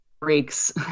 breaks